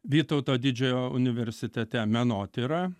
vytauto didžiojo universitete menotyra